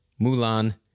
Mulan